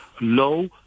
low